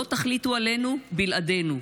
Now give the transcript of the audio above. לא תחליטו עלינו בלעדינו.